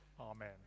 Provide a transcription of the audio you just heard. Amen